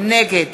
נגד